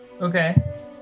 Okay